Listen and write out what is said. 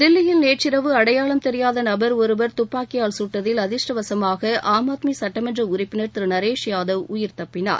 தில்லியில் நேற்றிரவு அடையாளம் தெரியாத நபர் ஒருவர் துப்பாக்கியால் சுட்டதில் அதிருஷ்டவசமாக ஆம் ஆத்மி சட்டமன்ற உறுப்பினர் திரு நரேஷ் யாதவ் உயிர் தப்பினார்